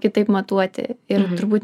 kitaip matuoti ir turbūt